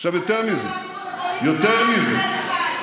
אתה לא מתבייש לדבר,